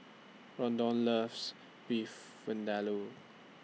Ronda loves Beef Vindaloo